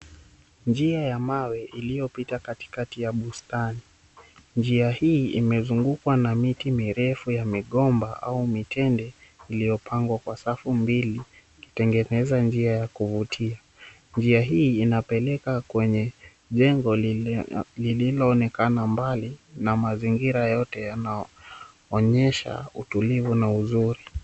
Njia ya mawe iliyo pita katikati ya bustani. Njia hii imezungukwa na miti mirefu ya migomba au mitende, iliyopangwa kwa safu mbili ikitengeneza njia ya kuvutia. Njia hii inapeleka kwenye jengo lililoonekana mbali, na mazingira yote yanaonyesha utulivu na uzuri.